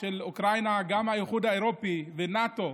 וגם האיחוד האירופי ונאט"ו